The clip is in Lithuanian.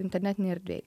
internetinėj erdvėj